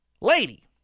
lady